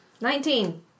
Nineteen